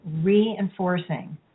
reinforcing